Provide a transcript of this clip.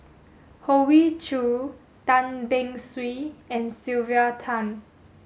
Hoey Choo Tan Beng Swee and Sylvia Tan